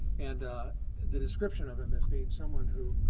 and the description of him as being someone who